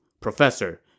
Professor